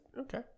Okay